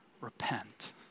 repent